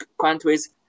countries